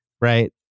Right